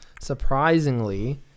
surprisingly